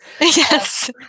Yes